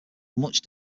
much